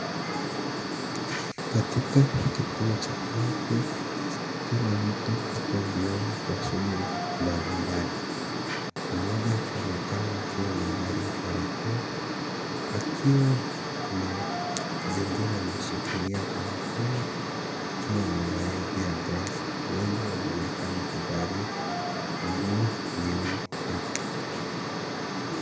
Katika kituo cha afya, kila mtu ako mbioni kwa shughuli mbalimbali, mmoja akionekana akiwa amevalia barakoa, akiwa na zingine ameshikilia kwa mkono, akiwa amevalia pia glovu, wengi wanaonekana kuvalia nguo nyeupe.